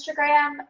Instagram